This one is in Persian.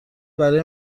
برای